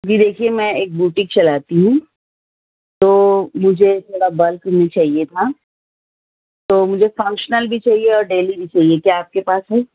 جی دیکھیے میں ایک بیوٹک چلاتی ہوں تو مجھے تھوڑا بلک میں چاہیے تھا تو مجھے فنگشنل بھی چاہیے اور ڈیلی بھی چاہیے کیا آپ کے پاس ہے